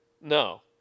No